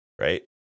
Right